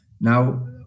Now